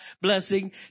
blessing